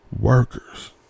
workers